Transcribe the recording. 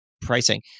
pricing